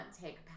take